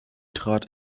trat